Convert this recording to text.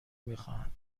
میخواهند